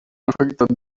afectat